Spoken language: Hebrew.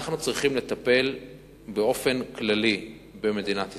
אנחנו צריכים לטפל באופן כללי במדינת ישראל,